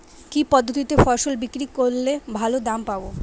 কি পদ্ধতিতে ফসল বিক্রি করলে ভালো দাম পাব?